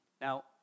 Now